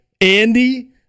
Andy